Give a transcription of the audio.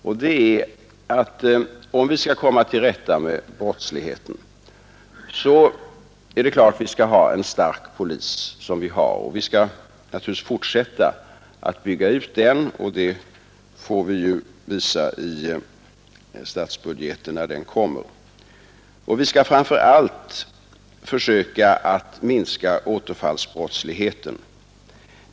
Om vi skall kunna komma till rätta med brottsligheten måste vi givetvis ha en stark polis, vilket vi har, och vi skall naturligtvis fortsätta att bygga ut den. Det får vi ju visa i statsbudgeten när den kommer. Vi skall framför allt försöka minska återfallsbrottsligheten.